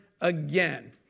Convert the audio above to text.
again